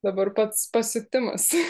dabar pats pasiutimas